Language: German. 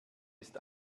ist